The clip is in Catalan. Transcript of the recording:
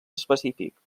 específic